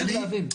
אתה צריך להבין,